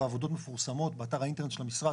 העבודות מפורסמות באתר האינטרנט של המשרד,